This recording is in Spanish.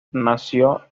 nació